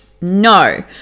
No